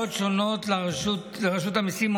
הודעות שונות לרשות המיסים,